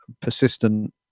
persistent